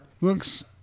looks